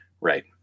right